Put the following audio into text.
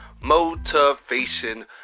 Motivation